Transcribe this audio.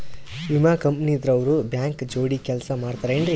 ವಿಮಾ ಕಂಪನಿ ದವ್ರು ಬ್ಯಾಂಕ ಜೋಡಿ ಕೆಲ್ಸ ಮಾಡತಾರೆನ್ರಿ?